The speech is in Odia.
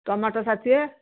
ଟମାଟୋ ଷାଠିଏ